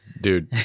Dude